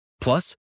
Plus